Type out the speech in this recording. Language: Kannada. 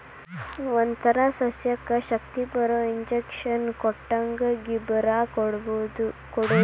ಒಂತರಾ ಸಸ್ಯಕ್ಕ ಶಕ್ತಿಬರು ಇಂಜೆಕ್ಷನ್ ಕೊಟ್ಟಂಗ ಗಿಬ್ಬರಾ ಕೊಡುದು